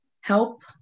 help